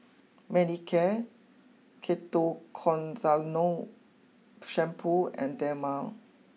Manicare Shampoo and Dermale